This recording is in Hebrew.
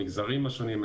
המגזרים השונים,